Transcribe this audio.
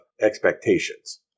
expectations